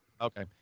Okay